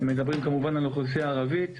מדברים כמובן על האוכלוסייה הערבית,